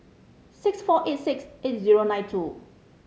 six four eight six eight zero nine two